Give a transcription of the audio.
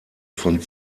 von